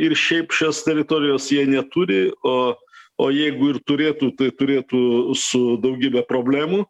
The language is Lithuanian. ir šiaip šios teritorijos jie neturi o o jeigu ir turėtų tai turėtų su daugybe problemų